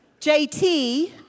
JT